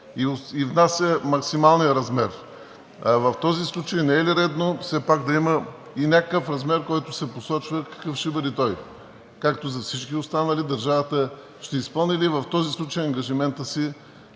и внася максималния размер? В този случай не е ли редно все пак да има и някакъв размер, който се посочва какъв ще бъде той, както за всички останали? Държавата ще изпълни ли в този случай ангажимента си